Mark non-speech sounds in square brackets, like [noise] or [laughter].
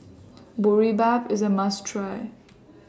Boribap IS A must Try [noise]